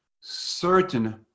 certain